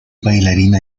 bailarina